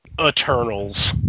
Eternals